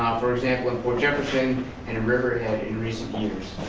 for example, in fort jefferson and riverhead in recent years.